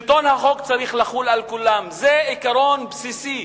שלטון החוק צריך לחול על כולם, זה עיקרון בסיסי